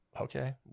okay